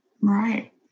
Right